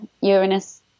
uranus